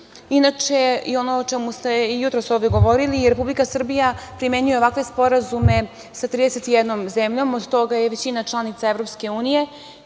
Inače, ono o čemu ste i jutros ovde govorili, Republika Srbija primenjuje ovakve sporazume sa 31 zemljom, od toga je većina članica EU i